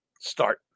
start